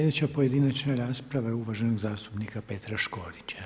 Sljedeća pojedinačna rasprava je uvaženog zastupnika Petra Škorića.